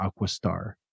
Aquastar